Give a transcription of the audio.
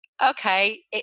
okay